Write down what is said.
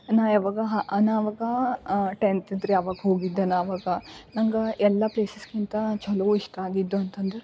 ನಾ ಯಾವಾಗ ನಾ ಆವಾಗ ಟೆಂತ್ ಇದ್ದೆ ರಿ ಆವಾಗ ಹೋಗಿದ್ದೆ ನಾ ಆವಾಗ ನಂಗೆ ಎಲ್ಲ ಪ್ಲೇಸಸ್ಕ್ಕಿಂತ ಚಲೋ ಇಷ್ಟ ಆಗಿದ್ದು ಅಂತಂದ್ರೆ